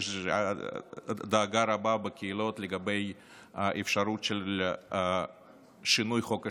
יש דאגה רבה בקהילות לגבי האפשרות של שינוי חוק השבות.